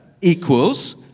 equals